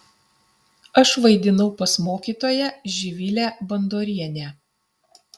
aš vaidinau pas mokytoją živilę bandorienę